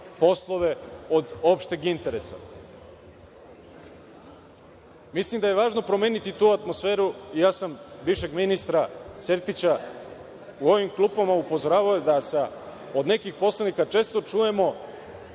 poslove od opšteg interesa. Mislim da je važno promeniti tu atmosferu. Ja sam bivšeg ministra Sertića u ovim klupama upozoravao da od nekih poslanika često čujemo